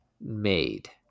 made